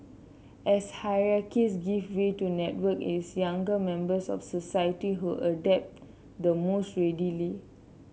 as hierarchies give way to network it's younger members of society who adapt the most readily